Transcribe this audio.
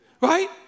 Right